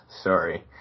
Sorry